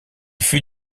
fut